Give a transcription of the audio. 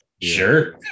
Sure